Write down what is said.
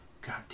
God